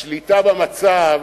השליטה במצב